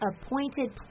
appointed